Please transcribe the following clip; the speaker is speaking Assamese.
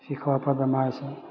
শিখৰৰ পা বেমাৰ হৈছে